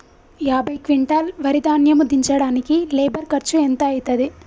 యాభై క్వింటాల్ వరి ధాన్యము దించడానికి లేబర్ ఖర్చు ఎంత అయితది?